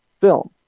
film